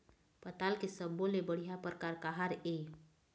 पताल के सब्बो ले बढ़िया परकार काहर ए?